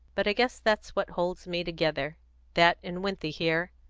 but i guess that's what holds me together that and winthy here.